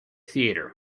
theatres